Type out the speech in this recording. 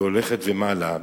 והיא הולכת ומעלה.